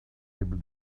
able